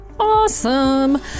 Awesome